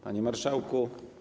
Panie Marszałku!